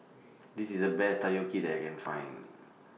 This IS The Best Takoyaki that I Can Find